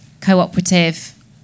cooperative